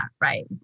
right